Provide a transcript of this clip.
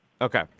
Okay